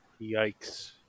Yikes